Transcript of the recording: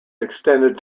extended